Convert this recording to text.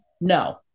No